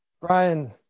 Brian